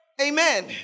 Amen